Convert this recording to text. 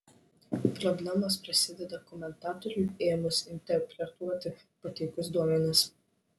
problemos prasideda komentatoriui ėmus interpretuoti pateiktus duomenis